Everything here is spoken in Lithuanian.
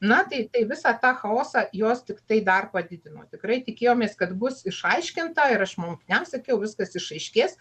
na tai tai visą tą chaosą jos tiktai dar padidino tikrai tikėjomės kad bus išaiškinta ir aš mokiniams sakiau viskas išaiškės